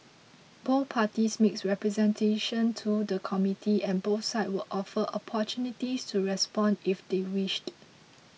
both parties made representations to the committee and both sides were offered opportunities to respond if they wished